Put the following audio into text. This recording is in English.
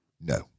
No